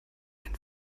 einen